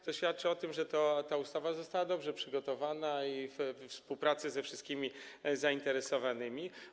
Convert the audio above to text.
To świadczy o tym, że ta ustawa została dobrze przygotowana i we współpracy ze wszystkimi zainteresowanymi.